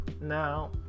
Now